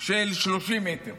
של 30 מטר